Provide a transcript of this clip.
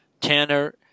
Tanner